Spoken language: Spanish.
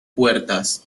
puertas